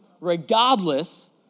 regardless